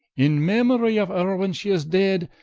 in memorie of her, when she is dead,